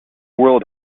world